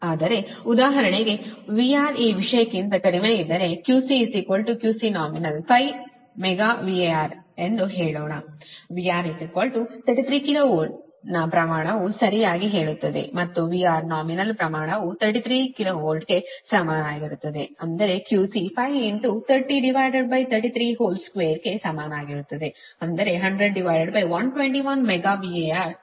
ಆದರೆ ಉದಾಹರಣೆಗೆ VR ಈ ವಿಷಯಕ್ಕಿಂತ ಕಡಿಮೆಯಿದ್ದರೆQC QCnominal 5 MVAR ಎಂದು ಹೇಳೋಣ VR 33 KV ಯ ಪ್ರಮಾಣವು ಸರಿಯಾಗಿ ಹೇಳುತ್ತದೆ ಮತ್ತು VR ನಾಮಿನಲ್ ಪ್ರಮಾಣವು 33 KVಗೆ ಸಮಾನವಾಗಿರುತ್ತದೆ ಅಂದರೆ QC 530332 ಕ್ಕೆ ಸಮಾನವಾಗಿರುತ್ತದೆ ಅಂದರೆ 100121 ಮೆಗಾ VAR ಆಗಿದೆ